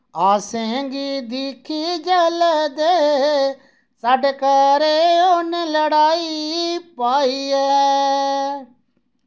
असेंगी दिक्खी जल्दे साढ़े घरें उ'नें लड़ाई पाई ऐ